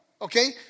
Okay